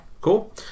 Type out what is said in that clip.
cool